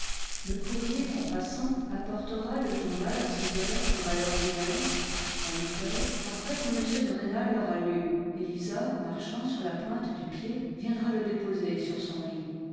le courrier en passant apportera le journal à six heures comme à l'ordinaire à huit heures après que m de rênal l'aura lu élisa marchant sur la pointe du pied viendra le déposer sur son lit